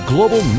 Global